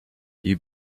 you